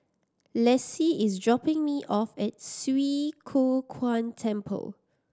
Lexi is dropping me off at Swee Kow Kuan Temple